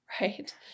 right